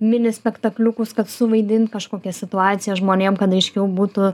mini spektakliukus kad suvaidint kažkokią situaciją žmonėm kad aiškiau būtų